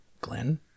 Glenn